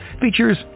features